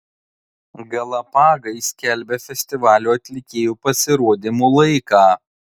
galapagai skelbia festivalio atlikėjų pasirodymų laiką